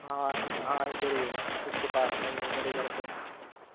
हाँ हाँ इधर ही है वो इसके पास में ही हूँ मेरे घर पे